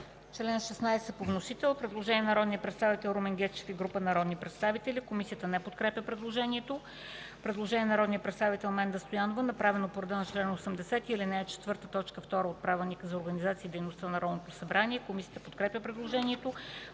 чл. 18 по вносител – предложение на народния представител Румен Гечев и група народни представители. Комисията не подкрепя предложението. Предложение на народния представител Менда Стоянова, направено по реда на чл. 80, ал. 4, т. 2 от Правилника за организацията и дейността на Народното събрание. Комисията подкрепя предложението.